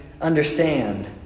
understand